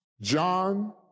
John